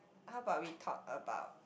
how about we talk about